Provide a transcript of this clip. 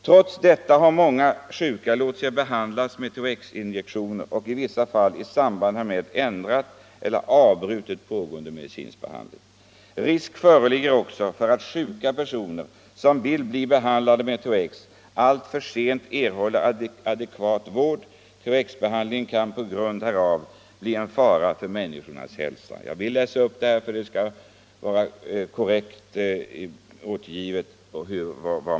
Trots detta har många sjuka låtit sig behandlas med THX-injektioner och i vissa fall i samband därmed ändrat eller avbrutit pågående medicinsk behandling. Risk föreligger också för att sjuka personer som vill bli behandlade med THX alltför sent erhåller adekvat vård. THX-behandling kan på grund härav bli en fara för människors hälsa.” — Jag har velat läsa upp detta för att få också socialstyrelsens synpunkter återgivna i protokollet.